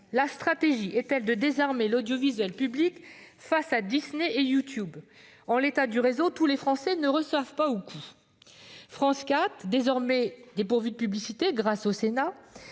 La stratégie est-elle de désarmer l'audiovisuel public face à Disney et YouTube ? En l'état du réseau, tous les Français ne reçoivent pas Okoo. France 4, désormais dépourvue de publicité grâce au Sénat,